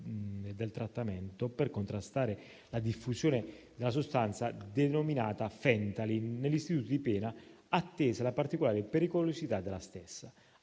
del trattamento per contrastare la diffusione della sostanza denominata Fentanyl negli istituti di pena, attesa la particolare pericolosità della stessa.